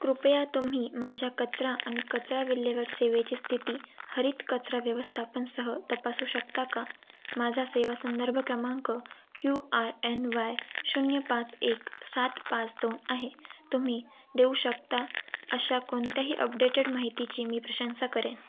कृपया तुम्ही माझ्या कचरा आणि कचरा विल्हेवाट सेवेची स्थिती हरित कचरा व्यवस्थापनसह तपासू शकता का माझा सेवा संदर्भ क्रमांक क्यू आर एन वाय शून्य पाच एक सात पाच दोन आहे तुम्ही देऊ शकता अशा कोणत्याही अपडेटेड माहितीची मी प्रशंसा करेन